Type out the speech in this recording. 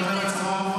למה אתם לא עושים את זה?